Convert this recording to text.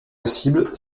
possible